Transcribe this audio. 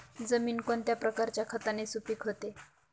जमीन कोणत्या प्रकारच्या खताने सुपिक होते?